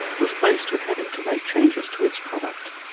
was faced with having to make changes to its product,